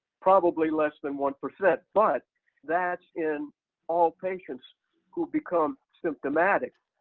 probably less than one percent, but that's in all patients who become symptomatic.